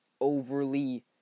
overly